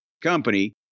company